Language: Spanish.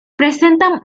presentan